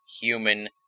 human